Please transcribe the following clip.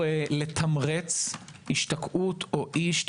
למה שהיה משנות ה-60'